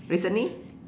recently